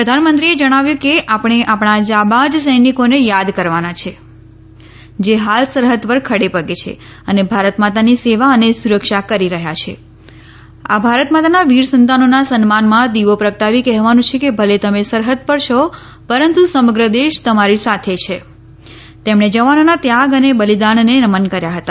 પ્રધાનમંત્રીએ જણાવ્યું કે આપણે આપણાં જાબાઝ સૈનિકોને યાદ કરવાના છે જે હાલ સરહદ પર ખડેપગે છે અને ભારતમાતાની સેવા અને સુરક્ષા કરી રહ્યા છે આ ભારતમાતાના વીર સંતાનોના સન્માનમાં દીવો પ્રગટાવી કહેવાનું છે કે ભલે તમે સરહદ પર છો પરંતુ સમગ્ર દેશ તમારી સાથે છે તેમણે જવાનોના ત્યાગ અને બલિદાનને નમન કર્યા હતા